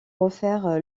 refaire